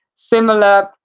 similar,